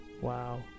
wow